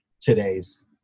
today's